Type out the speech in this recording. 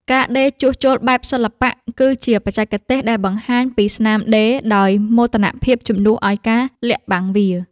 ការដេរជួសជុលបែបសិល្បៈ គឺជាបច្ចេកទេសដែលបង្ហាញពីស្នាមដេរដោយមោទនភាពជំនួសឱ្យការលាក់បាំងវា។